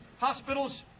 hospitals